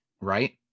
Right